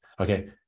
Okay